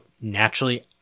naturally